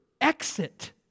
exit